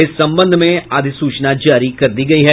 इस संबंध में अधिसूचना जारी कर दी गयी है